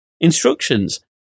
instructions